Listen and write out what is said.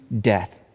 death